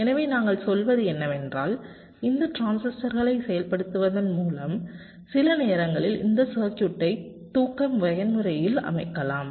எனவே நாங்கள் சொல்வது என்னவென்றால் இந்த டிரான்சிஸ்டர்களை செயல்படுத்துவதன் மூலம் சில நேரங்களில் இந்த சர்க்யூட்டை தூக்க பயன்முறையில் அமைக்கலாம்